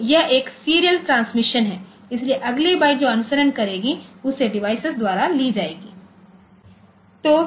तो यह एक सीरियल ट्रांसमिशन है इसलिए अगली बाइट जो अनुसरण करेगी उसे डिवाइस द्वारा ली जाएगी